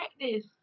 practice